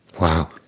Wow